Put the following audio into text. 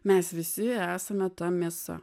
mes visi esame ta mėsa